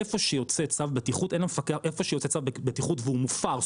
איפה שיוצא צו בטיחות והוא מופר,